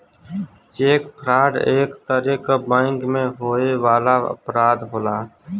check fraud एक तरे क बैंक में होए वाला अपराध होला